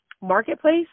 marketplace